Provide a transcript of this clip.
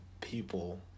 people